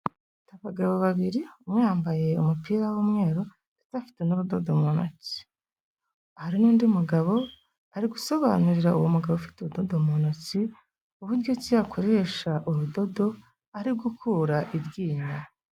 Abagabo babiri, umwe yambaye umupira w'umweru ndetse afite n'ubudodo mu ntoki. Hari n'ndi mugabo ari gusobanurira uwo mugabo ufite ubudodo mu ntoki uburyo ki yakoresha urudodo ari gukura iryinyo.